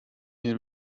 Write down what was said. den